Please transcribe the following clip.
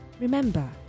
Remember